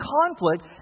conflict